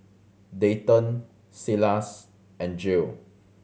Dayton Silas and Jill